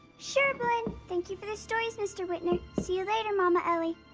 sure, blynn. thank you for the stories, mr. whitner. see you later, mama ellie.